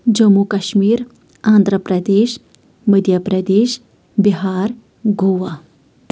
Jammu Kashmir Andhra Pradesh Madhya Pradesh Bihar Goa